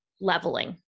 leveling